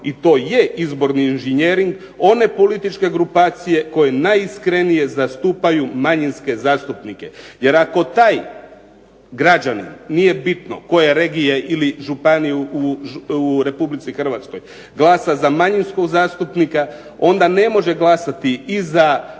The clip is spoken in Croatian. i to je izborni inženjering one političke grupacije koje najiskrenije zastupaju manjinske zastupnike. Jer ako taj građanin nije bitno koje regije ili županije u Republici Hrvatskoj glasa za manjinskog zastupnika onda ne može glasati i za listu